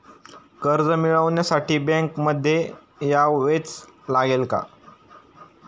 कर्ज मिळवण्यासाठी बँकेमध्ये यावेच लागेल का?